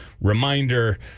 reminder